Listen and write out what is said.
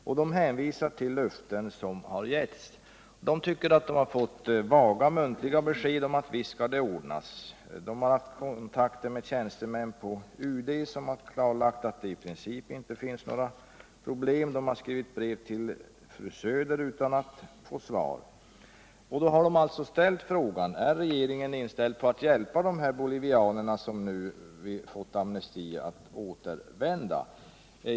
Bolivianerna hänvisar till löften som har getts och tycker att de fått vaga muntliga besked om att det hela skall ordnas. De har haft kontakt med tjänstemän på UD som klarlagt att det i princip inte finns några problem. De har skrivit till fru Söder utan att få svar. Då har de ställt frågan: Är regeringen inställd på att hjälpa de bolivianer som nu fått amnesti att återvända?